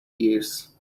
use